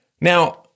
Now